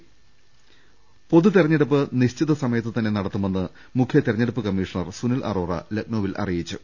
ദർവ്വെടും പൊതുതെരഞ്ഞെടുപ്പ് നിശ്ചിത സമയത്തുതന്നെ നടത്തുമെന്ന് മുഖ്യ തെര ഞ്ഞെടുപ്പ് കമ്മീഷണർ സുനിൽ അറോറ ലക്നൌവിൽ അറിയിച്ചു